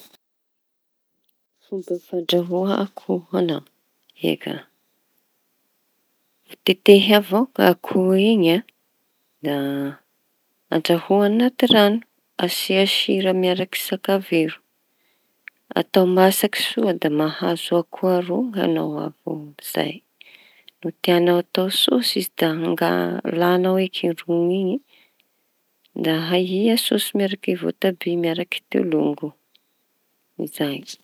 Fomba fandraho akoho ho'añao. Eka tetehy avao i akoho iñy an da andraho anaty rano asia sira miaraky sakaviro atao masaky soa da mahazo akoho rony añao zay. No tiana atao sosy izy da anga- lañao eky iñy rony iñy da ahia sôsy miaraky vôtàby miaraky tolongo zay.